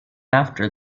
after